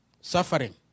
Suffering